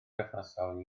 berthnasol